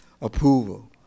approval